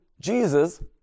Jesus